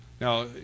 Now